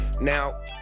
now